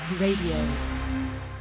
Radio